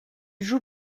joue